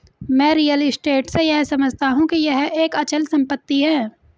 मैं real estate से यह समझता हूं कि यह एक अचल संपत्ति है